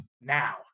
Now